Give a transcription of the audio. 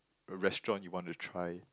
a restaurant you want to try